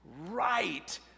right